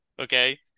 Okay